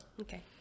okay